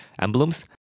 emblems